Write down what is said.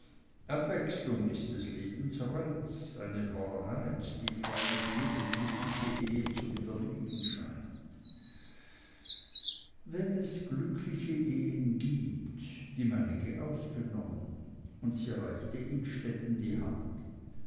abwechslung ist des lebens reiz eine wahrheit die freilich jede glückliche ehe zu widerlegen scheint wenn es glückliche ehen gibt die meinige ausgenommen und sie reichte innstetten die hand